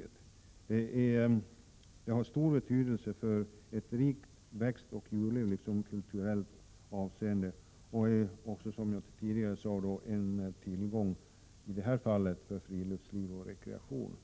Det har, som jag tidigare nämnde, stor betydelse för ett rikt växtliv och djurliv, liksom i kulturellt avseende och som en tillgång för friluftsliv och rekreation.